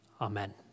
Amen